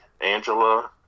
Angela